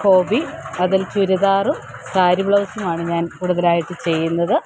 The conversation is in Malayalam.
ഹോബി അതിൽ ചുരിദാർ സാരി ബ്ലൗസുമാണ് ഞാൻ കൂടുതലായിട്ട് ചെയ്യുന്നത്